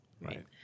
Right